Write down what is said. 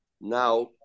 now